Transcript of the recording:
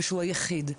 ושהוא היחיד,